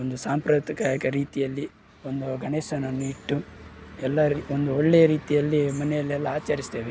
ಒಂದು ಸಾಂಪ್ರದಾಯಿಕ ರೀತಿಯಲ್ಲಿ ಒಂದು ಗಣೇಶನನ್ನು ಇಟ್ಟು ಎಲ್ಲ ಒಂದು ಒಳ್ಳೆಯ ರೀತಿಯಲ್ಲಿ ಮನೆಯಲ್ಲೆಲ್ಲ ಆಚರಿಸ್ತೇವೆ